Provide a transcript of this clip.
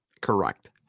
Correct